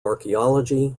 archaeology